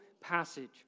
passage